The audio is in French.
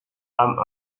âme